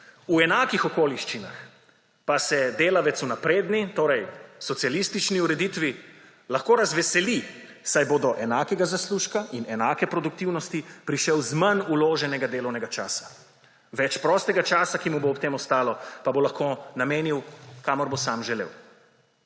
V enakih okoliščinah pa se delavec v napredni, torej socialistični ureditvi, lahko razveseli, saj bo do enakega zaslužka in enake produktivnosti prišel z manj vloženega delovnega časa. Več prostega časa, ki mu bo ob tem ostalo, pa bo lahko namenil, kamor bo sam želel.